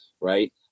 right